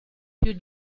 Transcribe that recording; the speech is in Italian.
più